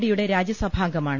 ഡിയുടെ രാജ്യ സഭാംഗമാണ്